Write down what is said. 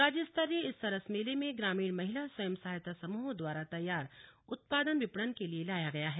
राज्य स्तरीय इस सरस मेले में ग्रामीण महिला स्वयं सहायता समूहों द्वारा तैयार उत्पादन विपणन के लिए लाया गया है